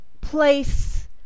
place